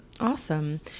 Awesome